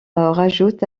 rajoutent